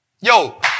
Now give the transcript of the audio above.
Yo